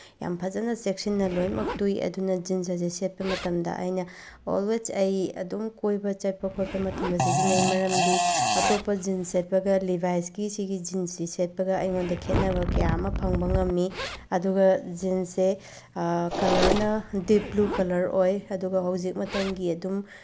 ꯌꯥꯝ ꯐꯖꯅ ꯆꯦꯛꯁꯤꯟꯅ ꯂꯣꯏꯅꯃꯛ ꯇꯨꯏ ꯑꯗꯨꯅ ꯖꯤꯟꯁ ꯑꯁꯦ ꯁꯦꯠꯄ ꯃꯇꯝꯗ ꯑꯩꯅ ꯑꯣꯜꯋꯦꯁ ꯑꯩ ꯑꯗꯨꯝ ꯀꯣꯏꯕ ꯆꯠꯄ ꯈꯣꯠꯄ ꯃꯇꯝꯗ ꯁꯤꯖꯤꯟꯅꯩ ꯃꯔꯝꯗꯤ ꯑꯇꯣꯞꯄ ꯖꯤꯟꯁ ꯁꯦꯠꯄꯒ ꯂꯤꯚꯥꯏꯁꯀꯤ ꯁꯤꯒꯤ ꯖꯤꯟꯁꯁꯤ ꯁꯦꯠꯄꯒ ꯑꯩꯉꯣꯟꯗ ꯈꯦꯠꯅꯕ ꯀꯌꯥ ꯑꯃ ꯐꯪꯕ ꯉꯝꯃꯤ ꯑꯗꯨꯒ ꯖꯤꯟꯁꯁꯦ ꯀꯂꯔꯅ ꯗꯤꯞ ꯕ꯭ꯂꯨ ꯀꯂꯔ ꯑꯣꯏ ꯑꯗꯨꯒ ꯍꯧꯖꯤꯛ ꯃꯇꯝꯒꯤ ꯑꯗꯨꯝ